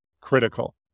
critical